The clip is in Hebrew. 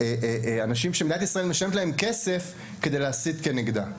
מדובר באנשים שבפועל מדינת ישראל משלמת להם כסף כדי להסית נגדה.